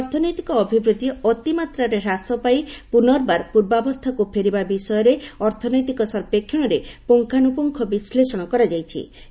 ଦେଶର ଅର୍ଥନୈତିକ ଅଭିବୃଦ୍ଧି ଅତିମାତ୍ରାରେ ହ୍ରାସ ପାଇଁ ପୁନର୍ବାର ପୂର୍ବାବସ୍ଥାକୁ ଫେରିବା ବିଷୟରେ ଅର୍ଥନୈତିକ ସର୍ବେକ୍ଷଣରେ ପୁଙ୍ଗାନୁପୁଙ୍ଗ ବିଶ୍ଳେଷଣ କରାଯାଇଛି